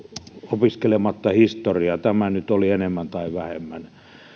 opiskelematta historiaa tämä nyt oli enemmän tai vähemmän